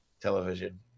television